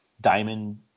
diamond